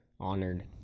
honored